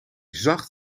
zacht